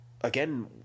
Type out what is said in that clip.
again